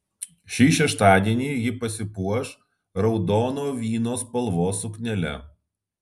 šį šeštadienį ji pasipuoš raudono vyno spalvos suknele